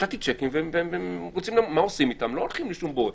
והם לא הולכים לשום בורר,